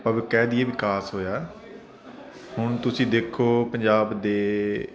ਅਵ ਕਹਿ ਦਈਏ ਵਿਕਾਸ ਹੋਇਆ ਹੁਣ ਤੁਸੀਂ ਦੇਖੋ ਪੰਜਾਬ ਦੇ